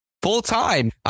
Full-time